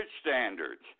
standards